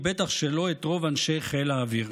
ובטח שלא את רוב אנשי חיל האוויר,